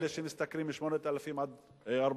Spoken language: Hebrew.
אלה שמשתכרים בין 8,000 ל-14,000,